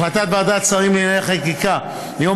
החלטת ועדת שרים לענייני חקיקה מיום